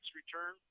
return